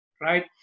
right